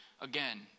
Again